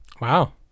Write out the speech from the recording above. Wow